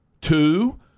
two